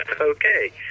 Okay